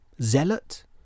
zealot